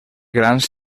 grans